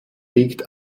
liegt